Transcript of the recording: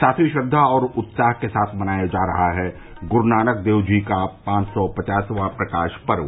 साथ ही श्रद्वा और उत्साह के साथ मनाया जा रहा है गुरू नानक देव जी का पांच सौ पचासवां प्रकाश पर्व